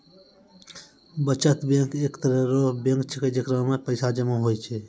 बचत बैंक एक तरह रो बैंक छैकै जेकरा मे पैसा जमा हुवै छै